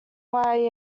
why